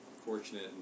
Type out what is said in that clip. fortunate